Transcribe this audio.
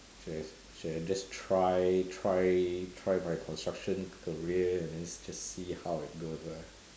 should ha~ should have just try try try my construction career and then just see how it goes lah